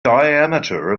diameter